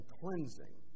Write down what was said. cleansing